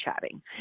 chatting